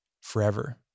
forever